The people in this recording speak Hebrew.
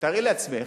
תארי לעצמך